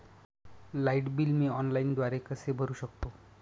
Light bill मी ऑनलाईनद्वारे कसे भरु शकतो?